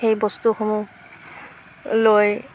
সেই বস্তুসমূহ লৈ